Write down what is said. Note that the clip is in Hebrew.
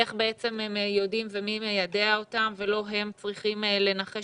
איך בעצם הם יודעים ומי מיידע אותם ולא הם אלה שצריכים לנחש